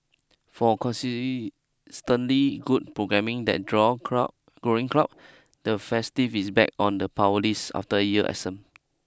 for good programming that draw crowd growing crowds the festive is back on the power list after a year absent